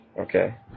Okay